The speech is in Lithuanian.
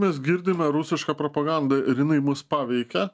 mes girdime rusišką propagandą ir jinai mus paveikia